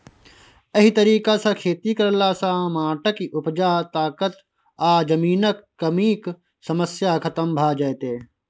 एहि तरीका सँ खेती करला सँ माटिक उपजा ताकत आ जमीनक कमीक समस्या खतम भ जेतै